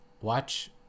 Watch